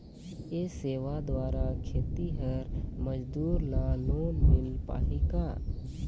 ये सेवा द्वारा खेतीहर मजदूर ला लोन मिल पाही का?